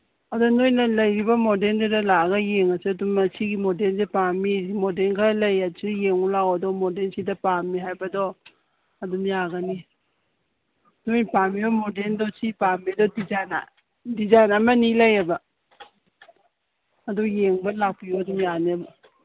ꯑꯗꯨ ꯅꯣꯏꯅ ꯂꯩꯔꯤꯕ ꯃꯣꯗꯦꯜꯗꯨꯗ ꯂꯥꯛꯑꯒ ꯌꯦꯡꯉꯁꯨ ꯑꯗꯨꯝ ꯃꯁꯤꯒꯤ ꯃꯣꯗꯦꯜꯁꯤ ꯄꯥꯝꯃꯤ ꯃꯣꯗꯦꯜ ꯈꯔ ꯂꯩ ꯁꯤ ꯌꯦꯡꯉꯨ ꯂꯥꯎ ꯑꯗꯨ ꯃꯣꯗꯦꯜꯁꯤꯗ ꯄꯥꯝꯃꯦ ꯍꯥꯏꯕꯗꯣ ꯑꯗꯨꯝ ꯌꯥꯒꯅꯤ ꯅꯣꯏ ꯄꯥꯝꯃꯤꯕ ꯃꯣꯗꯦꯜꯗꯣ ꯁꯤ ꯄꯥꯝꯃꯤꯕ ꯗꯤꯖꯥꯏꯟ ꯑꯃꯅꯤ ꯂꯩꯌꯦꯕ ꯑꯗꯨ ꯌꯦꯡꯕ ꯂꯥꯛꯄꯤꯌꯨ ꯑꯗꯨꯝ ꯌꯥꯅꯦꯕ